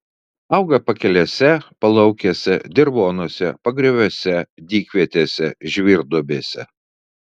auga pakelėse palaukėse dirvonuose pagrioviuose dykvietėse žvyrduobėse